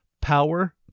Power